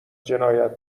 جنایت